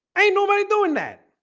ain't nobody doing that